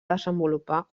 desenvolupar